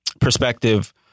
perspective